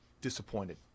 disappointed